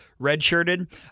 redshirted